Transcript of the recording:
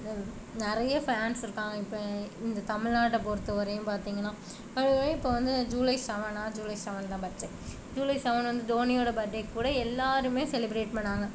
நிறைய ஃபேன்ஸ் இருக்காங்க இப்போ இந்த தமிழ் நாட்டை பொறுத்தவரையும் பார்த்தீங்கன்னா அதுவே இப்போ வந்து ஜூலை செவனா ஜூலை செவன் தான் பர்த் டே ஜூலை செவன் வந்து தோனியோடய பர்த் டேக்கு கூட எல்லாேருமே செலிப்ரேட் பண்ணிணாங்க